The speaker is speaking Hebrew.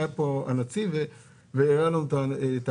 היה פה הנציב והראה לנו את הפערים,